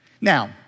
Now